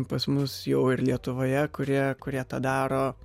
pas mus jau ir lietuvoje kurie kurie tą daro